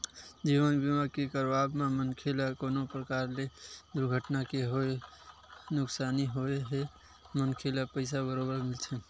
जीवन बीमा के करवाब म मनखे ल कोनो परकार ले दुरघटना के होय नुकसानी होए हे मनखे ल पइसा बरोबर मिलथे